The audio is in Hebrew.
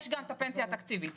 יש גם פנסיה תקציבית.